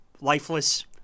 lifeless